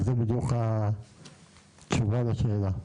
זוהי התשובה לשאלה.